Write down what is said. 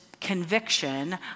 conviction